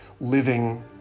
living